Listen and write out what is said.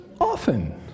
Often